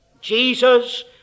Jesus